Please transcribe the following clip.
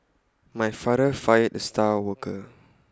my father fired the star worker